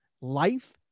life